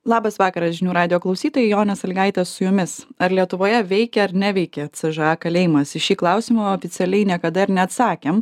labas vakaras žinių radijo klausytojai jonė salygaitė su jumis ar lietuvoje veikė ar neveikė c ž a kalėjimas į šį klausimą oficialiai niekada ir neatsakėm